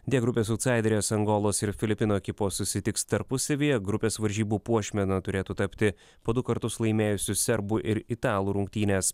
d grupės autsaiderės angolos ir filipinų ekipos susitiks tarpusavyje grupės varžybų puošmena turėtų tapti po du kartus laimėjusių serbų ir italų rungtynės